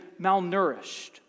malnourished